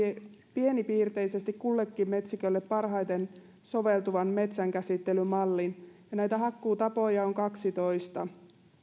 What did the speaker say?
pienipiirteisesti kullekin metsikölle parhaiten soveltuvan metsänkäsittelymallin ja näitä hakkuutapoja on kaksitoista